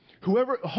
Whoever